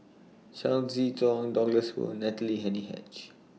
Chao Tzee Chong Douglas Foo Natalie Hennedige